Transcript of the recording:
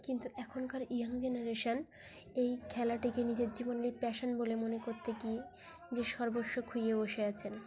কিন্তু এখনকার young generation এই খেলাটিকে নিজের জীবনের প্যাশন বলে মনে করতে গিয়ে যে সর্বস্ব খুয়ে বসে আছেন